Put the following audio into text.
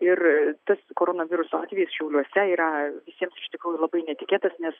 ir tas koronaviruso atvejis šiauliuose yra visiems iš tikrųjų labai netikėtas nes